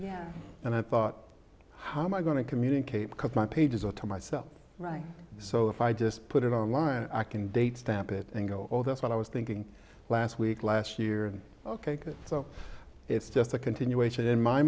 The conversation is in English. yeah and i thought how am i going to communicate because my pages are to myself right so if i just put it online i can date stamp it and go oh that's what i was thinking last week last year and ok so it's just a continuation in my